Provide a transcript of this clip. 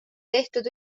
tehtud